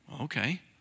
Okay